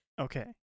Okay